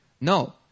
No